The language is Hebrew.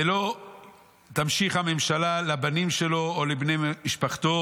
ולא תמשיך הממשלה לבנים שלו או לבני משפחתו,